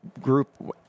group –